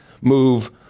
move